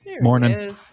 Morning